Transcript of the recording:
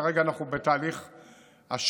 כרגע אנחנו בתהליך השני,